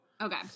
Okay